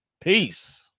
Peace